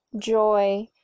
joy